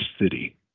city